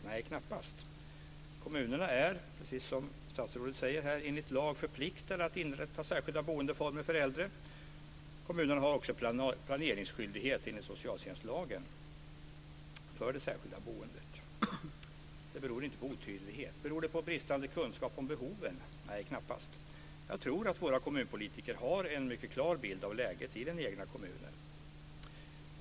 Nej, knappast. Kommunerna är, precis som statsrådet säger, enligt lag förpliktade att inrätta särskilda boendeformer för äldre. Kommunerna har också planeringsskyldighet enligt socialtjänstlagen när det gäller det särskilda boendet. Så det beror inte på otydlighet. Beror det på bristande kunskap om behoven? Nej, knappast. Jag tror att våra kommunpolitiker har en mycket klar bild av läget i den egna kommunen.